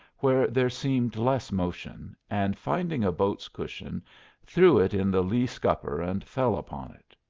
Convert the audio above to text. where there seemed less motion, and finding a boat's cushion threw it in the lee scupper and fell upon it.